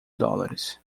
dólares